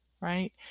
right